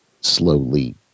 slowly